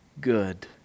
good